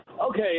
Okay